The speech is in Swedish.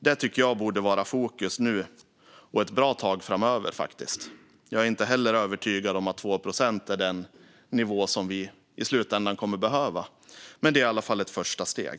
Det borde stå i fokus nu och ett bra tag framöver. Jag är inte heller övertygad om att 2 procent är rätt nivå i slutändan, men det är i alla fall ett första steg.